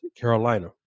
Carolina